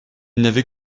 n’avait